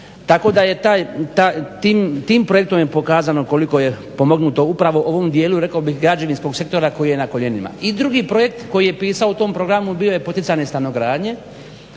Tako da je tim projektom pokazano koliko je pomognuto upravo ovom dijelu rekao bih građevinskog sektora koji je na koljenima. I drugi projekt koji je pisao u tom programu bio je poticanje stanogradnje